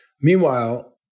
Meanwhile